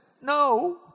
no